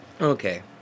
Okay